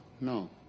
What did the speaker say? no